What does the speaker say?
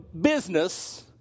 business